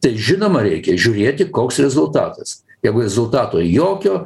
tai žinoma reikia žiūrėti koks rezultatas jeigu rezultato jokio